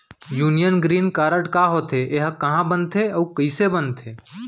Union green card का होथे, एहा कहाँ बनथे अऊ कइसे बनथे?